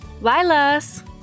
Lilas